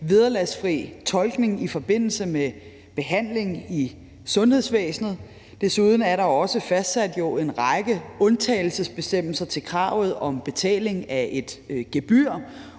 vederlagsfri tolkning i forbindelse med behandling i sundhedsvæsenet. Desuden er der jo også fastsat en række undtagelsesbestemmelser til kravet om betaling af et gebyr.